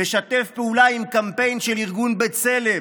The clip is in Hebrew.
משתף פעולה עם קמפיין של ארגון בצלם,